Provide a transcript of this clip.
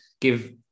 give